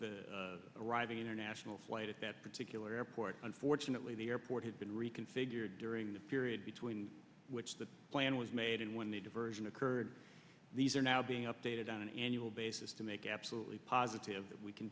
the arriving international flight at that particular airport unfortunately the airport had been reconfigured during the period between which the plan was made and when the diversion occurred these are now being updated on an annual basis to make absolutely positive that we can